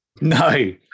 No